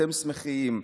אתם שמחים.